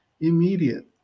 immediate